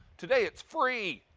today it's free.